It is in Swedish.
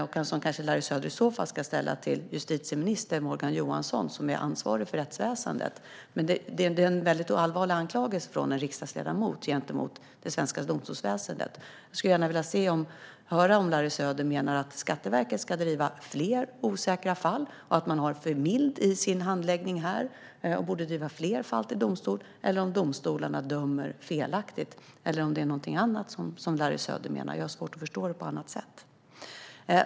Det är en fråga som Larry Söder i så fall ska ta upp med justitieminister Morgan Johansson, som är ansvarig för rättsväsendet. Men det är en mycket allvarlig anklagelse från en riksdagsledamot mot det svenska domstolsväsendet. Jag skulle gärna vilja höra om Larry Söder menar att Skatteverket ska driva fler osäkra fall, att man har varit för mild i sin handläggning här och borde driva fler fall till domstol, om domstolarna dömer felaktigt eller om det är något annat som Larry Söder menar. Jag har svårt att förstå det på annat sätt.